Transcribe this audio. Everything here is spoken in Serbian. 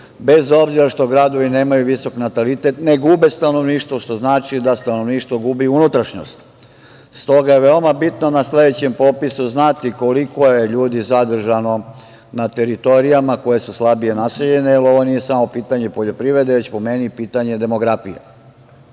bez obzira što gradovi nemaju visok natalitet, ne gube stanovništvo, što znači da stanovništvo gubi unutrašnjost. Stoga je veoma bitno na sledećem popisu znati koliko je ljudi zadržano na teritorijama koje su slabije naseljene, jer ovo nije samo pitanje poljoprivrede, već po meni pitanje demografije.